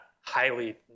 highly